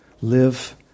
Live